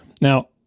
Now